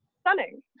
Stunning